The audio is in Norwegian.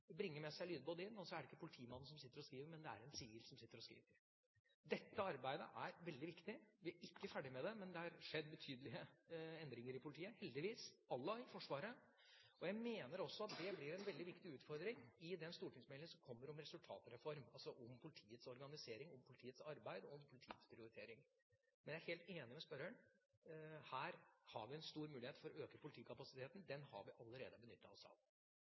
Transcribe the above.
med seg båndet inn og la en sivil, ikke en politimann, sitte og skrive. Dette arbeidet er veldig viktig. Vi er ikke ferdig med det. Men det har heldigvis skjedd betydelige endringer i politiet, à la Forsvaret. Jeg mener også at det blir en veldig viktig utfordring i den kommende stortingsmeldingen om resultatreformen, altså om politiets organisering, om politiets arbeid og om politiets prioritering. Men jeg er helt enig med spørreren: Vi har en stor mulighet til å øke politikapasiteten. Den har vi allerede benyttet oss av.